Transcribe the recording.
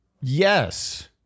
Yes